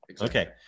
Okay